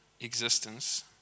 existence